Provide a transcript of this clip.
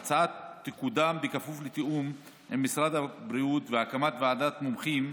ההצעה תקודם בכפוף לתיאום עם משרד הבריאות והקמת ועדת מומחים,